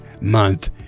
month